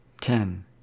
Ten